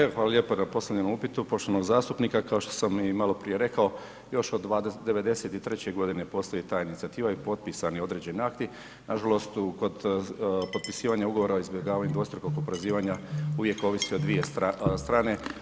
Evo hvala lijepo na postavljenom upitu poštovanog zastupnika, kao što sam i maloprije rekao još od '93. godine postoji ta inicijativa i potpisani određeni akti, nažalost kod potpisivanja ugovora o izbjegavanju dvostrukog oporezivanja uvijek ovisi o dvije strane.